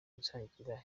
gutangira